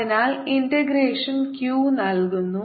അതിനാൽ integration q നൽകുന്നു